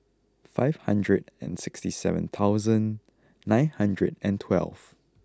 five hundred and sixty seven thousand nine hundred and twelve